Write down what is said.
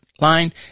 line